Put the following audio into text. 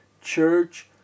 Church